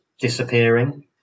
disappearing